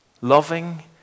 Loving